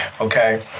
Okay